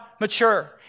mature